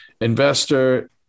Investor